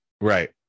Right